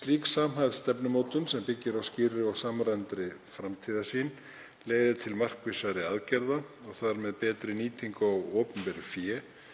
Slík samhæfð stefnumótun sem byggir á skýrri og samræmdri framtíðarsýn leiðir til markvissari aðgerða og þar með betri nýtingu á opinberu fé,